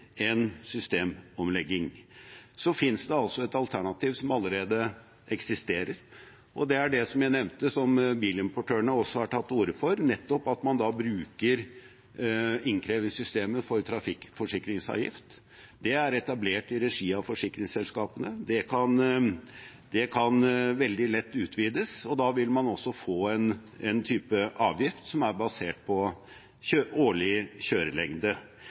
en systemomlegging, finnes det et alternativ som allerede eksisterer. Det er det jeg nevnte, som også bilimportørene har tatt til orde for, med at man bruker innkrevingssystemene for trafikkforsikringsavgift. Det er etablert i regi av forsikringsselskapene, og det kan veldig lett utvides. Da vil man også få en type avgift som er basert på årlig kjørelengde,